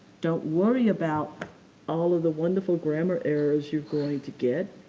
don't worry about all of the wonderful grammar errors you're going to get,